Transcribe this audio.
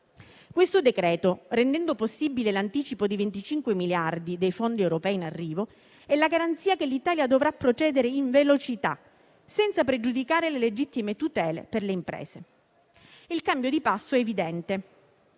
esame, rendendo possibile l'anticipo di 25 miliardi di euro dei fondi europei in arrivo, è la garanzia che l'Italia dovrà procedere in velocità, senza pregiudicare le legittime tutele per le imprese. Il cambio di passo è evidente: